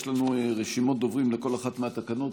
יש לנו רשימות דוברים לכל אחת מהתקנות,